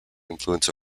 influence